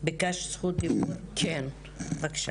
ביקשת זכות דיבור, בבקשה.